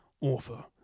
Author